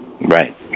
Right